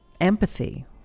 empathy